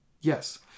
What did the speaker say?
yes